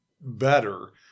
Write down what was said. better